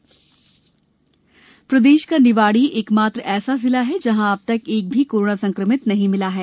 green जिला प्रदेश का निवाड़ी एक मात्र ऐसा जिला है जहां अब तक एक भी कोरोना संक्रमित नहीं मिला है